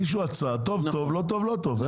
יגישו הצעה, טוב, טוב, לא טוב, לא טוב.